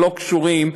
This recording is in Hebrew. שלא קשורים,